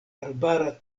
arbara